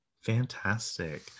Fantastic